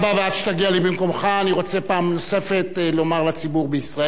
ועד שתגיע למקומך אני רוצה פעם נוספת לומר לציבור בישראל,